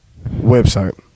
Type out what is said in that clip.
Website